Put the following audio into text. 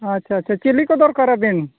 ᱟᱪᱪᱷᱟ ᱟᱪᱪᱷᱟ ᱪᱤᱞᱤᱠᱚ ᱫᱚᱨᱠᱟᱨᱟᱵᱤᱱ